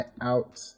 out